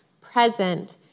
present